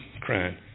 crying